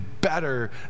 better